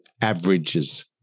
averages